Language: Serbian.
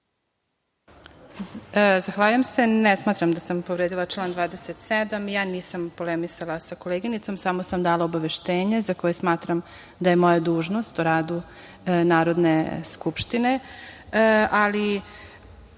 Zahvaljujem se. Ne smatram da sam povredila član 27. Nisam polemisala sa koleginicom, samo sam dala obaveštenje za koje smatram da je moja dužnost, o radu Narodne skupštine. Vaše